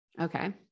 Okay